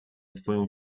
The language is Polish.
twoją